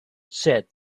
said